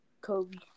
Kobe